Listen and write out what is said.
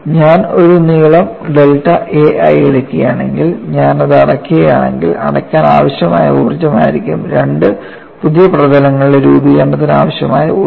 ഞാൻ ഒരു നീളം ഡെൽറ്റ a ആയി എടുക്കുകയാണെങ്കിൽ ഞാൻ അത് അടയ്ക്കുകയാണെങ്കിൽ അടയ്ക്കാൻ ആവശ്യമായ ഊർജ്ജമായിരിക്കും രണ്ട് പുതിയ പ്രതലങ്ങളുടെ രൂപീകരണത്തിന് ആവശ്യമായ ഊർജ്ജം